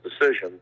decision